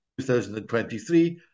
2023